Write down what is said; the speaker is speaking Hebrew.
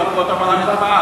זרקו אותן על הרצפה.